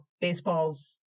baseballs